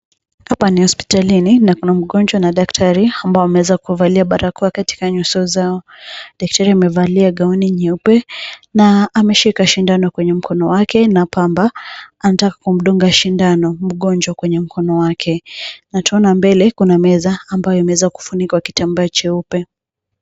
Hapa ni hospitalini n akuna mgonjwa na daktari ambao wameweza kuvalia barakoa katika nyuso zao. Daktari amevalia gauni nyeupe na ameshika sindano kwenye mkono wake na pamba. Anataka kumdunga sindano mgonjwa kwenye mkono wake na twaona mbele kuna meza ambayo imeweza kufunikwa kitamba cheupe.